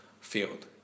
field